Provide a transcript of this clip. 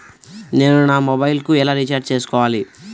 నేను నా మొబైల్కు ఎలా రీఛార్జ్ చేసుకోవాలి?